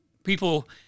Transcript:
People